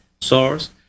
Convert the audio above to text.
source